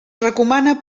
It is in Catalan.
recomana